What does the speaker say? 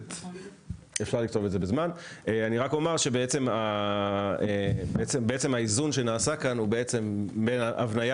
אני רק אומר שהאיזון שנעשה כאן הוא בעצם הבניית